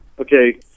Okay